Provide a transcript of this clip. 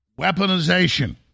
weaponization